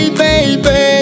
baby